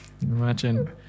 Imagine